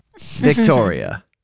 Victoria